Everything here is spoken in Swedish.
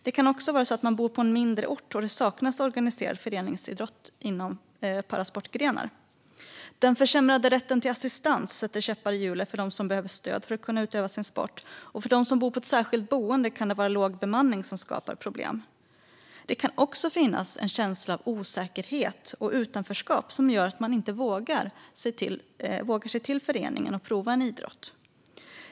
Det kan vara så att man bor på en mindre ort och det saknas organiserad föreningsidrott inom parasportgrenar. Den försämrade rätten till assistans sätter käppar i hjulet för dem som behöver stöd för att kunna utöva sin sport, och för den som bor på ett särskilt boende kan det vara låg bemanning som skapar problem. Det kan också finnas en känsla av osäkerhet och utanförskap som gör att man inte vågar bege sig till föreningen och pröva på en idrott.